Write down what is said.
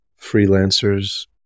freelancers